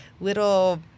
little